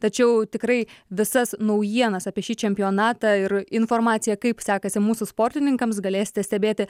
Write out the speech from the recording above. tačiau tikrai visas naujienas apie šį čempionatą ir informaciją kaip sekasi mūsų sportininkams galėsite stebėti